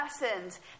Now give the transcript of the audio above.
lessons